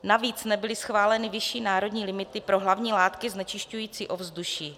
Navíc nebyly schváleny vyšší národní limity pro hlavní látky znečišťující ovzduší.